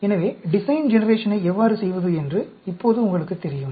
எனவே டிசைன் ஜெனேரேஷனை எவ்வாறு செய்வது என்று இப்போது உங்களுக்குத் தெரியும்